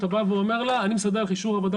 אתה בא ואומר לה "אני מסדר לך אישור עבודה